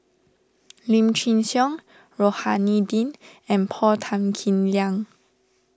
Lim Chin Siong Rohani Din and Paul Tan Kim Liang